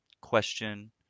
question